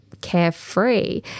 carefree